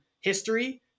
history